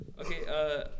Okay